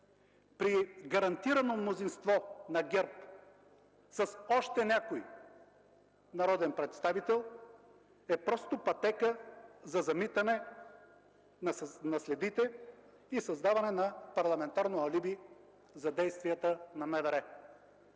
при гарантирано мнозинство на ГЕРБ с още някой народен представител, е просто пътека за замитане на следите и създаване на парламентарно алиби за действията на МВР.